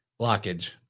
blockage